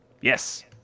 Yes